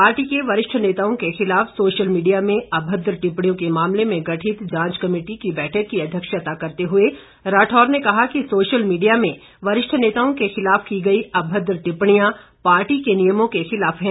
party के वरिष्ठ नेताओं के खिलाफ सोशल मीडिया में अभद्र टिप्पणियों के मामले में गठित जांच कमेटी की बैठक की अध्यक्षता करते हुए राठौर ने कहा कि सोशल मीडिया में वरिष्ठ नेताओं के रिवलाफ की गई अभद्र टिप्पणियां पार्टी के नियमों के खिलाफ है